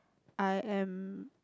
I am